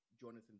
Jonathan